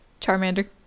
Charmander